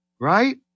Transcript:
Right